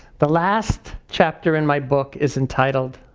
the last chapter in my book is entitled,